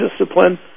discipline